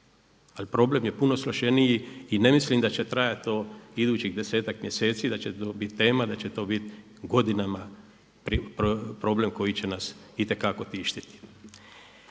ali problem je puno složeniji i ne mislim da će trajati do idućih desetak mjeseci, da će to bit tema, da će to bit godinama problem koji će nas itekako tištiti.